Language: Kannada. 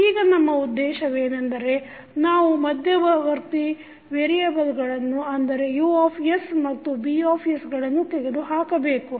ಈಗ ನಮ್ಮ ಉದ್ದೇಶವೆನೆಂದರೆ ನಾವು ಮದ್ಯಮವರ್ತಿ ವೇರಿಯೆಬಲ್ಗಳನ್ನು ಅಂದರೆ U ಮತ್ತು B ಗಳನ್ನು ತೆಗೆದು ಹಾಕಬೇಕು